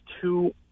two